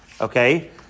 Okay